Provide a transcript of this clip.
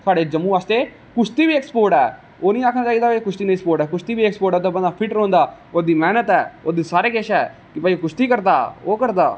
साढ़े जम्मू आस्तै ते कुश्ती बी इक स्पोट ऐ ओह् नेईं आक्खना चाहिदा के कुश्ती नेईं स्पोट ऐ कुश्ती बी इक स्पोट ऐ जेहदे कन्नै बंदा फिट रौंहदा ओहदी मेहनत ऐ ओहदी सारा किश ऐ कि भाई कुश्ती करदा